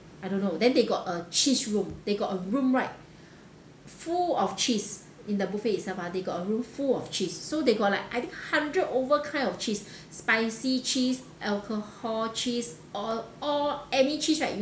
I don't know then they got a cheese room they got a room right full of cheese in the buffet itself ah they got a room full of cheese so they got like I think hundred over kind of cheese spicy cheese alcohol cheese all all any cheese right